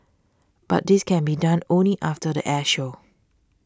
but this can be done only after the air show